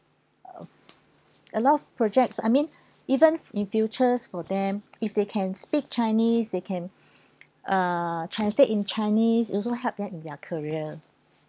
uh a lot of projects I mean even in futures for them if they can speak chinese they can uh translate in chinese also help them in their career